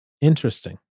Interesting